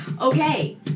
Okay